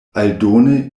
aldone